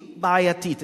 היא בעייתית,